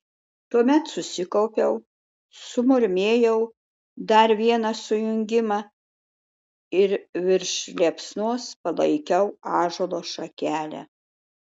tuomet susikaupiau sumurmėjau dar vieną sujungimą ir virš liepsnos palaikiau ąžuolo šakelę